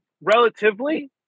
relatively